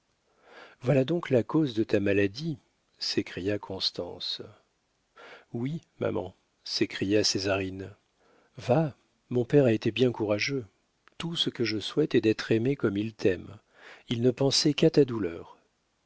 voilà donc la cause de ta maladie s'écria constance oui maman s'écria césarine va mon père a été bien courageux tout ce que je souhaite est d'être aimée comme il t'aime il ne pensait qu'à ta douleur